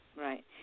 right